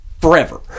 forever